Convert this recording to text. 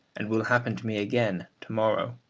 and will happen to me again to morrow.